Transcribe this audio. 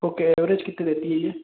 okay average कितनी देती है ये